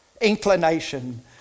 inclination